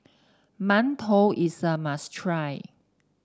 mantou is a must try